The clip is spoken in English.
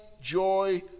joy